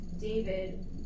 David